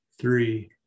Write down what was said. three